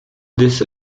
this